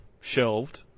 shelved